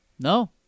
No